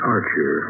Archer